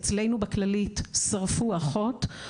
אצלנו בכללית שרפו אחות.